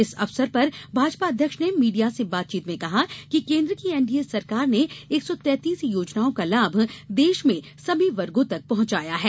इस अवसर पर भाजपा अध्य्क्ष ने मीडिया से बातचीत में कहा कि केन्द्र की एनडीए सरकार ने एक सौ तैंतीस योजनाओं का लाभ देश में सभी वर्गों तक पहुंचाया है